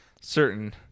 certain